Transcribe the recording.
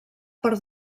per